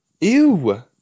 Ew